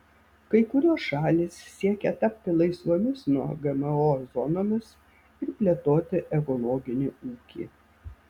kai kurios šalys siekia tapti laisvomis nuo gmo zonomis ir plėtoti ekologinį ūkį